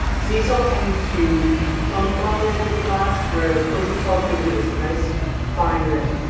sea salt tends to clump around the edge of the glass, whereas kosher salt gives you this nice fine rim.